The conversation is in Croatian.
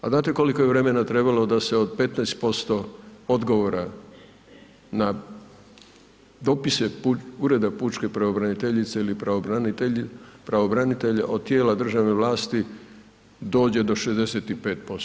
A znate koliko je vremena trebalo da se od 15% odgovora na dopise Ureda pučke pravobraniteljice ili pravobranitelja od tijela državne vlasti dođe do 65%